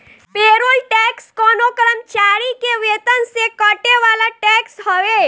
payroll tax कवनो कर्मचारी के वेतन से कटे वाला टैक्स हवे